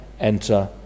enter